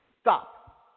stop